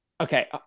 okay